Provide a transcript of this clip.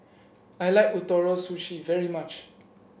I like Ootoro Sushi very much